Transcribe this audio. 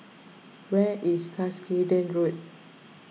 where is Cuscaden Road